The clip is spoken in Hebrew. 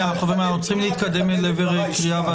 אנחנו צריכים להתקדם לעבר הקראה.